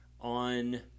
on